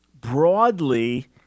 Broadly